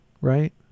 right